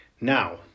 Now